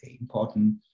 important